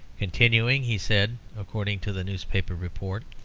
continuing, he said, according to the newspaper report,